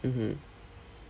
mmhmm